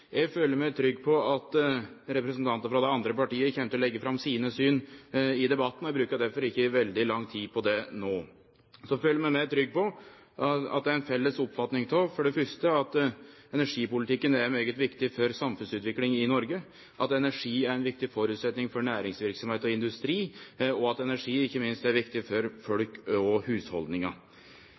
Eg føler meg trygg på at representantar frå dei andre partia kjem til å leggje fram sine syn i debatten, og eg brukar derfor ikkje veldig lang tid på det no. Så føler eg meg trygg på at det er ei felles oppfatning av for det første at energipolitikken er svært viktig for samfunnsutviklinga i Noreg, at energi er ein viktig føresetnad for næringsverksemd og industri, og at energi ikkje minst er viktig for folk og